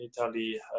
Italy